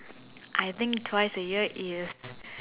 I think twice a year is